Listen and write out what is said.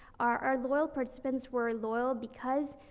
our, our loyal participants were loyal because,